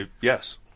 Yes